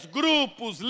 grupos